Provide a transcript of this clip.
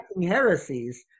heresies